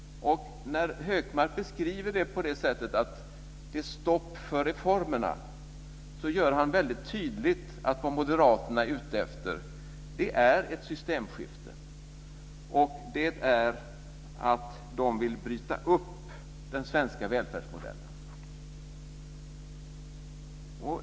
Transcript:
När Hökmark beskriver det på det sättet att det är stopp för reformerna gör han väldigt tydligt att vad Moderaterna är ute efter är ett systemskifte och att bryta upp den svenska välfärdsmodellen.